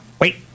wait